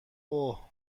اوه